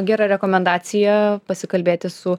gera rekomendacija pasikalbėti su